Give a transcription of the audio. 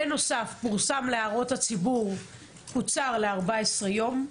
בנוסף הוא פורסם להערות הציבור וקוצר ל-14 יום.